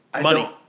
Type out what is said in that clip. Money